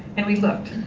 and we looked.